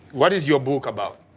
what is your book about?